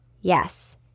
Yes